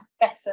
better